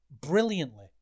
brilliantly